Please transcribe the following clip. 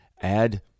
add